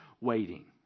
waiting